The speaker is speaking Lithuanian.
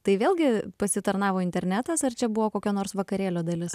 tai vėlgi pasitarnavo internetas ar čia buvo kokio nors vakarėlio dalis